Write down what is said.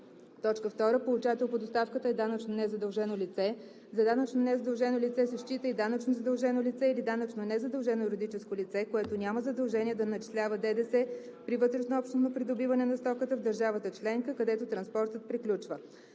2. получател по доставката е данъчно незадължено лице; за данъчно незадължено лице се счита и данъчно задължено лице или данъчно незадължено юридическо лице, което няма задължение да начислява ДДС при вътреобщностно придобиване на стоката в държавата членка, където транспортът приключва;